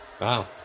wow